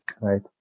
right